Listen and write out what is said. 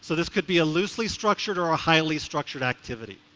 so this could be a loosely structured or a highly structured activity.